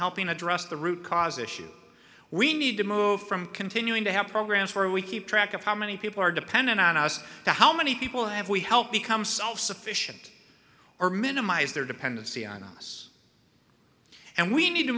helping address the root cause issues we need to move from continuing to have programs where we keep track of how many people are dependent on us how many people have we help become self sufficient or minimize their dependency on us and we need to